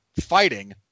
fighting